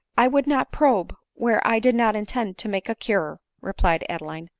i would not probe where i did not intend to make a cure, replied adeline.